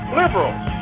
liberals